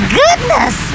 goodness